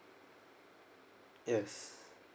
yes